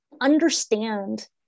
understand